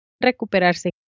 Recuperarse